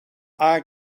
eye